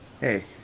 Hey